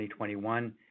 2021